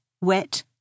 wet